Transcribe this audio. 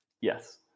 Yes